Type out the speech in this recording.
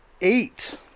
eight